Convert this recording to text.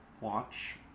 watch